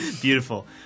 beautiful